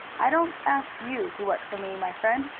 i don't ask you to work for me, my friend,